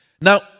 now